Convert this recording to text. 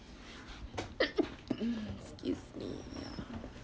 excuse me